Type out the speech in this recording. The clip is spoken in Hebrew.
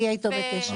אני אהיה איתו בקשר.